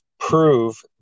prove